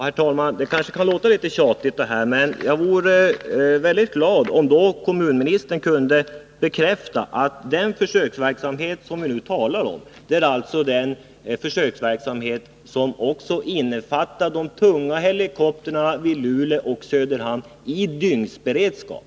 Herr talman! Det kanske kan låta litet tjatigt, men jag vore väldigt glad om kommunministern kunde bekräfta att den försöksverksamhet som vi nu talar om också innefattar de tunga helikoptrarna i Luleå och i Söderhamn i dygnsberedskap.